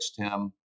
Tim